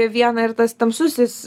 viena ir tas tamsusis